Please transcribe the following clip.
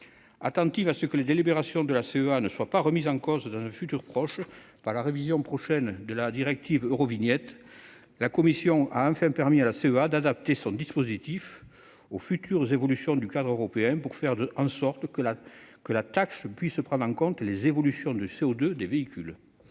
Attentive à ce que les délibérations de la Collectivité européenne d'Alsace ne soient pas remises en cause, dans un avenir proche, par la révision prochaine de la directive Eurovignette, la commission a permis à celle-ci d'adapter son dispositif aux futures évolutions du cadre européen, pour faire en sorte que la taxe puisse prendre en compte les évolutions des véhicules